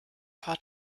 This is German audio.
paar